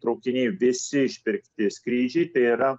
traukiniai visi išpirkti skrydžiai tai yra